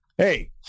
Hey